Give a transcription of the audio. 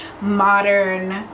modern